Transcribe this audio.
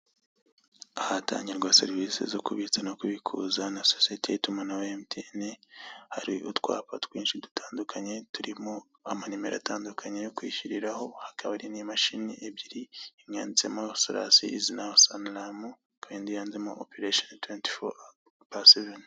Ahatangirwa serivisi zo kubitsa no kubikuza na sosiye y'itumana ho MTn hari utwapa twinshi dutandukanye turimo amanimero atandukanye yo kwishyiriraho, hakaba hari n'imashini ebyiri imye yanditsemo solass sm indi yanditsemo operationdet for baseveni.